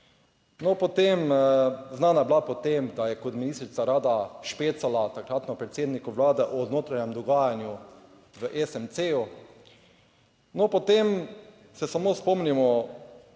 znana je bila po tem, da je kot ministrica rada špecala takratnemu predsedniku Vlade o notranjem dogajanju v SMC. Potem se samo spomnimo,